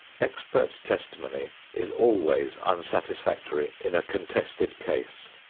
expert testimony is always unsatisfactory in a contested case.